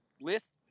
list